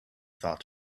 thought